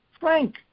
Frank